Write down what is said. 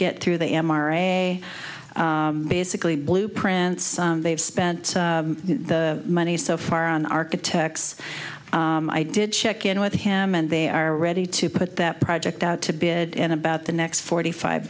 get through the m r a basically blueprints they've spent the money so far on architects i did check in with him and they are ready to put that project out to bid in about the next forty five